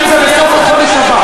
בסוף החודש הבא.